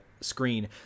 screen